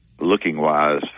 looking-wise